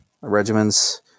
regiments